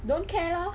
don't care lor